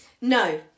No